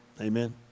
amen